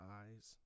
eyes